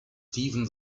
steven